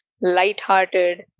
light-hearted